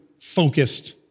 focused